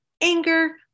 anger